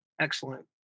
Excellent